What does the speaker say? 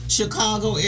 Chicago